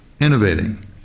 innovating